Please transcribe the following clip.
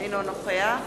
אינו נוכח